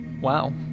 Wow